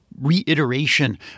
reiteration